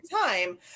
time